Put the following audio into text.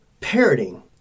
parroting